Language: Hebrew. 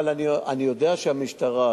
אבל אני יודע שהמשטרה,